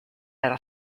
era